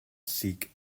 seek